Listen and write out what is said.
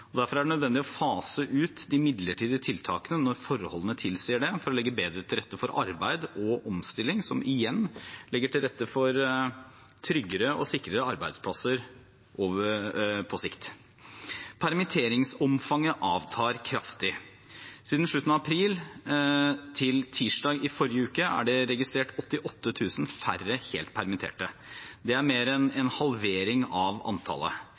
Derfor er det nødvendig å fase ut de midlertidige tiltakene når forholdene tilsier det, for å legge bedre til rette for arbeid og omstilling, som igjen legger til rette for tryggere og sikrere arbeidsplasser på sikt. Permitteringsomfanget avtar kraftig. Siden slutten av april til tirsdag i forrige uke er det registrert 88 000 færre helt permitterte. Det er mer enn en halvering av antallet.